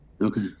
Okay